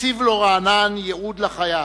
הציב לו רענן ייעוד לחייו: